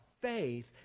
faith